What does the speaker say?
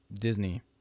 Disney